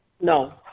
No